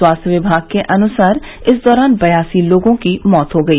स्वास्थ्य विभाग के अनुसार इस दौरान बयासी लोगों की मौत हो गई